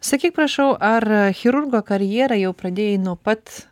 sakyk prašau ar chirurgo karjerą jau pradėjai nuo pat